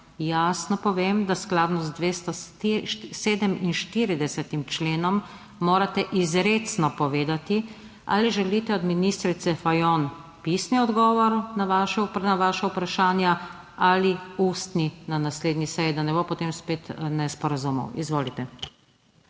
jasno povem, da morate skladno z 247. členom izrecno povedati, ali želite od ministrice Fajon pisni odgovor na svoja vprašanja ali ustni na naslednji seji, da ne bo potem spet nesporazumov. Izvolite.